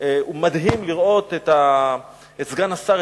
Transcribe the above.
מדהים לראות את סגן השר,